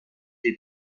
les